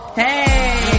hey